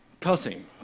Cussing